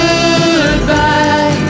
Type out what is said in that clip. Goodbye